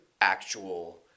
actual